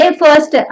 first